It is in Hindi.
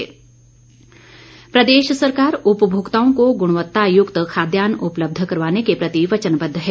किशन कप्र प्रदेश सरकार उपभोक्ताओं को गुणवक्तायुक्त खाद्यान उपलब्ध करवाने के प्रति वचनबद्व है